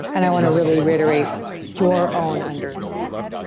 and i want to really reiterate your own understanding.